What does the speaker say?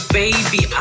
baby